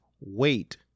wait